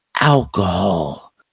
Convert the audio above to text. alcohol